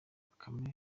bakame